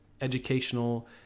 educational